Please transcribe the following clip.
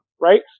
right